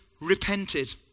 repented